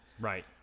Right